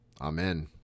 Amen